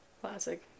classic